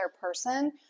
person